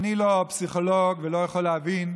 אני לא פסיכולוג ולא יכול להבין,